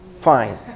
Fine